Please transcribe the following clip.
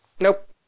Nope